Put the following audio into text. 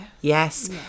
Yes